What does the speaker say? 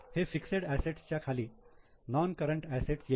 हे fixed asset च्या खाली नोन करंट एसेट मध्ये येईल